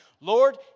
Lord